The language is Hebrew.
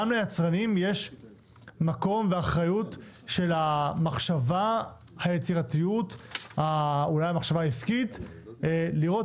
גם ליצרנים יש מקום ואחריות של המחשבה היצירתית והעסקית לראות